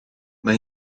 mae